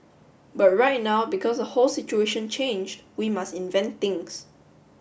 but right now because the whole situation changed we must invent things